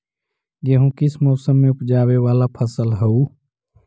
गेहूं किस मौसम में ऊपजावे वाला फसल हउ?